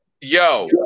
Yo